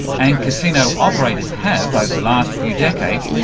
and casino operators have, over the last few decades,